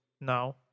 now